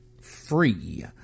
free